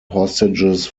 hostages